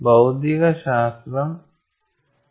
ഭൌതികശാസ്ത്രം വ്യക്തമാണോ